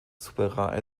superar